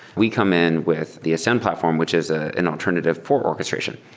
we come in with the ascend platform, which is ah an alternative for orchestration.